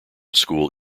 school